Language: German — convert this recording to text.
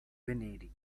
venedig